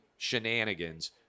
shenanigans